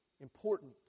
important